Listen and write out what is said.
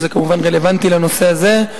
שזה כמובן רלוונטי לנושא הזה,